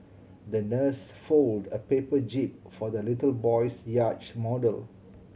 the nurse folded a paper jib for the little boy's yacht model